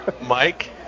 Mike